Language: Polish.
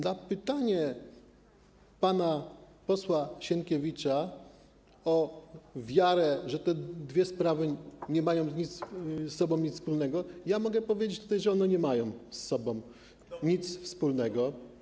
Na pytanie pana posła Sienkiewicza o wiarę w to, że te dwie sprawy nie mają ze sobą nic wspólnego, mogę odpowiedzieć, że one nie mają ze sobą nic wspólnego.